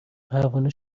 پروانه